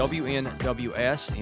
wnws